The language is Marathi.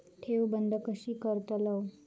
ठेव बंद कशी करतलव?